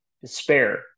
despair